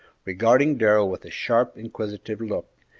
regarding darrell with a sharp, inquisitive look,